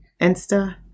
Insta